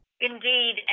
Indeed